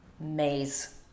maze